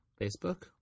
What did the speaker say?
Facebook